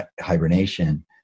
hibernation